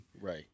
Right